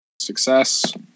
Success